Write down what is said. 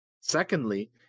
Secondly